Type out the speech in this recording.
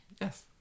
yes